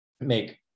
make